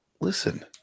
listen